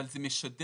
אבל זה משדר,